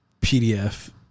PDF